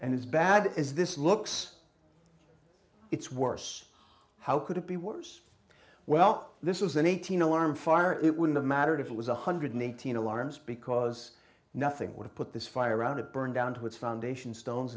and as bad as this looks it's worse how could it be worse well this is an eighteen alarm fire it wouldn't have mattered if it was one hundred and eighteen dollars alarms because nothing would have put this fire around to burn down to its foundation stones